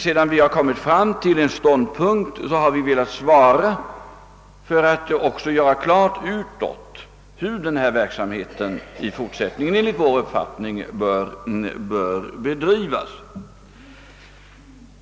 Sedan vi nått fram till en ståndpunkt har vi velat svara för att också göra klart utåt hur denna verksamhet i fortsättningen enligt vår uppfattning bör bedrivas.